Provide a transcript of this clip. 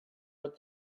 what